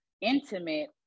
intimate